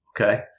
okay